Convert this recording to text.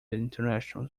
international